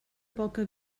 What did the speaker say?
poca